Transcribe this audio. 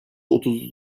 otuz